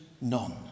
None